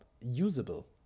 usable